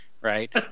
right